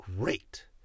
great